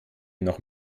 noch